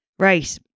Right